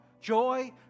joy